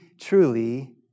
truly